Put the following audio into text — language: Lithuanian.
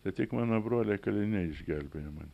bet tik mano broliai kaliniai išgelbėjo mane